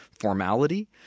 formality